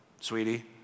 sweetie